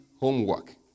homework